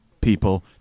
people